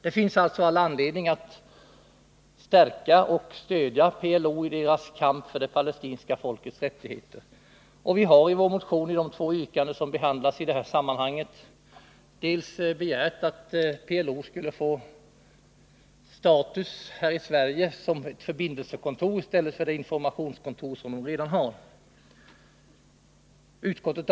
Det finns alltså all anledning att stödja PLO i dess kamp för det palestinska folkets rättigheter, och vi har i vår motion, i de två yrkanden som behandlas i det här sammanhanget, begärt dels att PLO:s representation i Sverige skulle få status som förbindelsekontor, dels att regeringen skulle verka för att en Genéevekonferens om fred i Mellanöstern snarast kommer till stånd. Utskottet avstyrker yrkandet om förhöjd status för det informationskontor som PLO f.n. har i Stockholm.